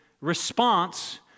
response